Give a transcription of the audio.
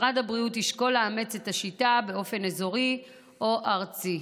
משרד הבריאות ישקול לאמץ את השיטה באופן אזורי או ארצי.